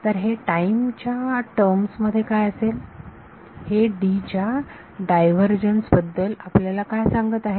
तर हे टाईम च्या टर्म मध्ये काय असेल हे D च्या डायव्हर्जन्स बद्दल आपल्याला काय सांगत आहे